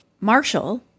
Marshall